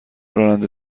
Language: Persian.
راننده